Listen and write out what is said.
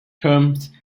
terms